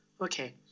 okay